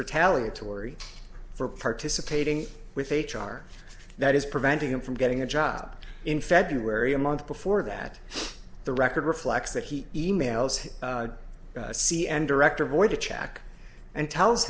retaliatory for participating with h r that is preventing him from getting a job in february a month before that the record reflects that he e mails his c n director avoid a check and tells